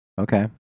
Okay